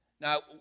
Now